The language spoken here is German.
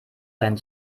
sein